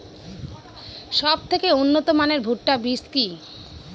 সবথেকে উন্নত মানের ভুট্টা বীজ কি?